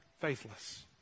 faithless